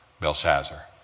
Belshazzar